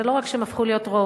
זה לא רק שהם הפכו להיות רוב,